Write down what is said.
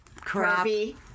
crappy